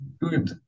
good